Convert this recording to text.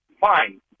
fine